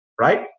right